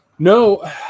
No